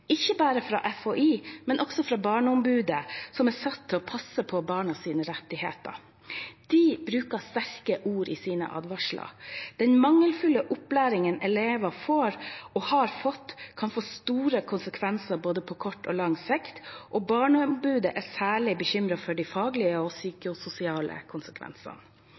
ikke bare fra FHI, men også fra Barneombudet, som er satt til å passe på barnas rettigheter. De bruker sterke ord i sine advarsler. Den mangelfulle opplæringen elever får, og har fått, kan få store konsekvenser både på kort og på lang sikt, og Barneombudet er særlig bekymret for de faglige og psykososiale konsekvensene.